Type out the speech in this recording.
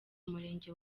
umurenge